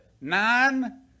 Nine